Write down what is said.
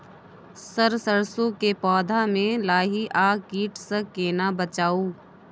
Sir सरसो के पौधा में लाही आ कीट स केना बचाऊ?